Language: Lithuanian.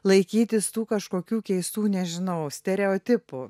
laikytis tų kažkokių keistų nežinau stereotipų